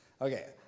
Okay